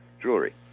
jewelry